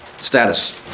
status